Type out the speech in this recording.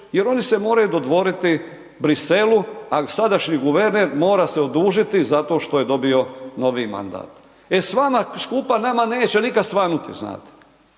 jer oni se moraju dodvoriti Bruxellesu, a i sadašnji guverner mora se odužiti zato što je dobio novi mandat. E s vama skupa nama neće nikad svanuti znate